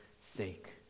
sake